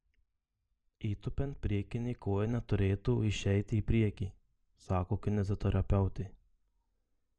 įtūpiant priekinė koja neturėtų išeiti į priekį sako kineziterapeutė